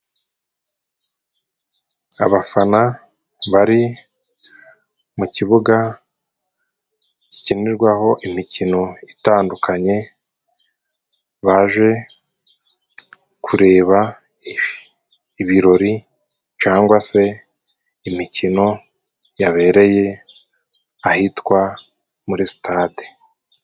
Abafana bari mu kibuga gikinirwaho imikino itandukanye. Baje kureba ibirori cangwa se, imikino yabereye ahitwa muri sitade.